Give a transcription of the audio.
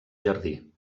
jardí